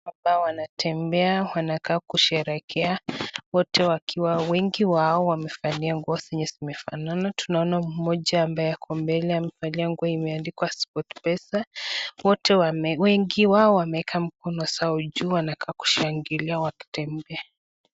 Watu hawa wanatembea wanakaa kusherekea wote wakiwa wengi wao wamevalia nguo zenye zimefanana, tunaona mmoja ambaye ako mbele amevalia nguo yenye imeandikwa SportPesa, wengi wao wameeka mkono zao juu wanakaa kushangilia wakitembea.